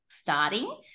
starting